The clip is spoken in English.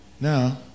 Now